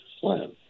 plan